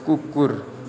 कुकुर